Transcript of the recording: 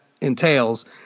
entails